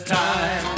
time